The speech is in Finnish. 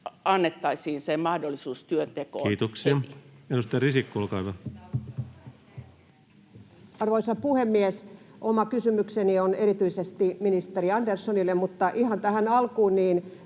[Leena Meren välihuuto.] Kiitoksia. — Edustaja Risikko, olkaa hyvä. Arvoisa puhemies! Oma kysymykseni on erityisesti ministeri Anderssonille, mutta ihan tähän alkuun